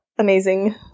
amazing